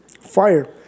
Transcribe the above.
Fire